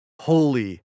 holy